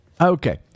okay